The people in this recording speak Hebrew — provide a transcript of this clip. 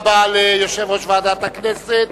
תודה רבה ליושב-ראש ועדת הכנסת,